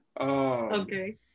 Okay